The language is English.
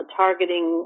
targeting